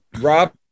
Rob